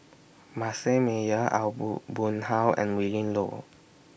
Manasseh Meyer Aw Boon Haw and Willin Low